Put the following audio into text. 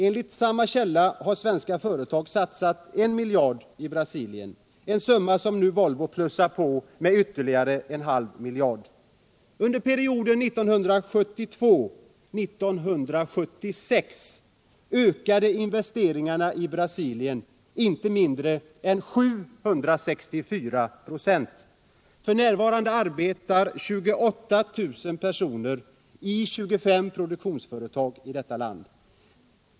Enligt samma källa har svenska företag satsat I miljard kronor i Brasilien — en summa som nu Volvo plussar på med en halv miljard kronor. Under perioden 1972-1976 ökade investeringarna i Brasilien med inte mindre än 764 96.F. n. arbetar 28 000 personer i 25 produktionsföretag i detta land.